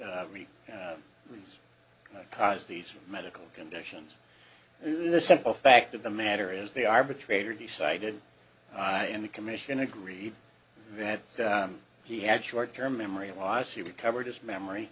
these medical conditions and the simple fact of the matter is the arbitrator decided in the commission agreed that he had short term memory loss he recovered his memory